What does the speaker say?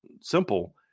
simple